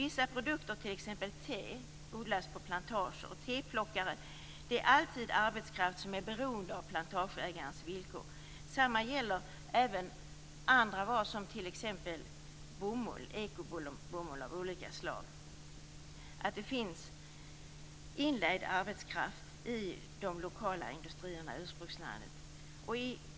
Vissa produkter, t.ex. te, odlas på plantager, och teplockare är alltid arbetskraft som är beroende av plantageägarens villkor. Detsamma gäller även varor som bomull, såsom ekobomull av olika slag. Det finns arbetskraft i de lokala industrierna i ursprungslandet.